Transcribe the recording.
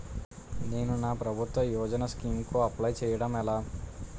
నేను నా ప్రభుత్వ యోజన స్కీం కు అప్లై చేయడం ఎలా?